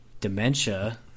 Dementia